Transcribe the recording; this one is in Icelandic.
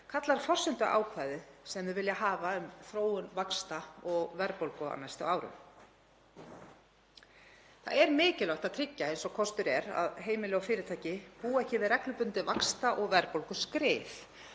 kallar forsenduákvæðið sem þau vilja hafa um þróun vaxta og verðbólgu á næstu árum. Það er mikilvægt að tryggja eins og kostur er að heimili og fyrirtæki búi ekki við reglubundið vaxta- og verðbólguskrið.